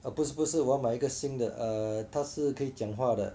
哦不是不是我要买一个新的呃它是可以讲话的